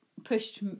Pushed